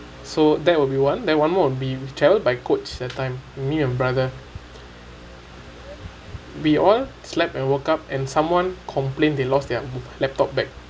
so that will be one then one more would be we travel by coach that time me and brother we all slept and woke up and someone complained they lost their laptop bag